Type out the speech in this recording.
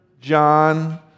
John